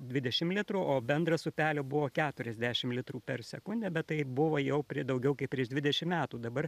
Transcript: dvidešim litrų o bendras upelio buvo keturiasdešim litrų per sekundę bet tai buvo jau prie daugiau kaip prieš dvidešim metų dabar